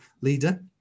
leader